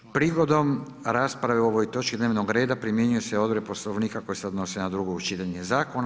Prigodom rasprave o ovoj točki dnevnoga reda primjenjuju se odredbe Poslovnika koje se odnose na drugo čitanje zakona.